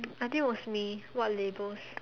I think was me what labels